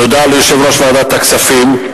תודה ליושב-ראש ועדת הכספים.